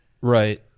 Right